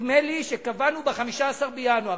נדמה לי שקבענו ב-15 בינואר,